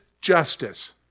justice